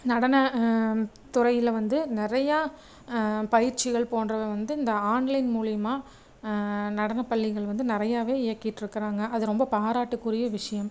நடன துறையில் வந்து நிறையா பயிற்சிகள் போன்றவை வந்து இந்த ஆன்லைன் மூலியமாக நடனப்பள்ளிகள் வந்து நிறையாவே இயக்கிட்டிருக்குறாங்க அது ரொம்ப பாராட்டுக்குரிய விஷயம்